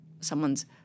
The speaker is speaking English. someone's